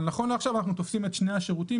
אבל נכון לעכשיו אנחנו תופסים את שני השירותים